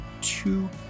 two